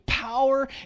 power